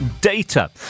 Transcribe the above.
data